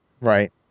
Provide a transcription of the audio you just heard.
right